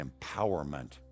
empowerment